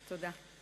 תודה.